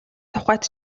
тухайд